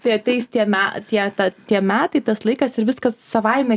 tai ateis tie me tie ta tie metai tas laikas ir viskas savaime